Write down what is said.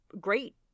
great